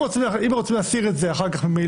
לצמצמם את זה.